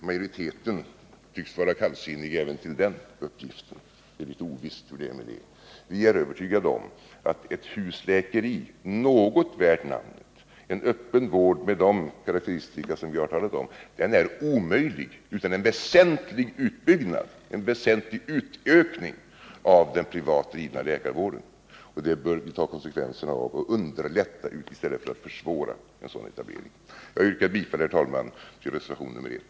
Majoriteten tycks vara kallsinnig även till den uppgiften; det är litet ovisst hur det är med det. Vi är övertygade om att ett husläkeri något värt namnet — en öppen vård med de karakteristika som vi har talat om — är omöjligt utan en väsentlig utökning av den privat drivna läkarvården. Det bör vi ta konsekvenserna av och underlätta i stället för att försvåra en sådan etablering. Jag yrkar bifall, herr talman, till reservationen 1.